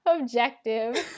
objective